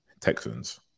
Texans